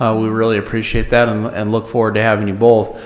ah we really appreciate that and and look forward to having you both.